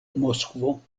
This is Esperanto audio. moskvo